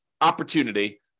opportunity